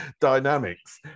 dynamics